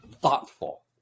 thoughtful